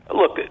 look